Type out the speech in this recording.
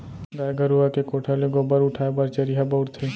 गाय गरूवा के कोठा ले गोबर उठाय बर चरिहा बउरथे